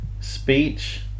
speech